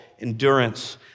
endurance